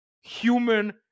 human